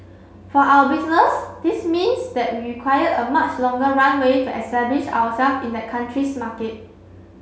for our business this means that we require a much longer runway to establish ourself in that country's market